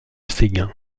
séguin